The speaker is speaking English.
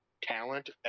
talent